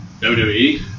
WWE